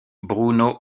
bruno